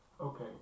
Okay